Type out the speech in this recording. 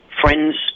friends